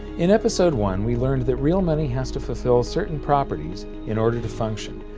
in episode one we learned that real money has to fulfill certain properties in order to function.